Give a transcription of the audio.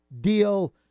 deal